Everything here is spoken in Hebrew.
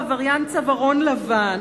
ברוצח, צריך לשמור על האינטרסים של הילדים.